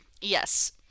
Yes